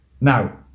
Now